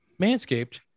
Manscaped